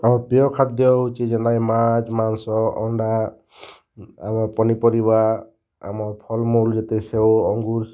ଆଉ ପ୍ରିୟ ଖାଦ୍ୟ ହେଉଛି ଯେନ୍ତା କି ମାଛ୍ ମାଂସ ଅଣ୍ଡା ଆମର୍ ପନିପରିବା ଆମର୍ ଫଲ୍ମୂଲ୍ ଯେତେ ସେଓ ଅଙ୍ଗୁର୍